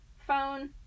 phone